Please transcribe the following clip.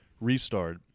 restart